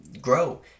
grow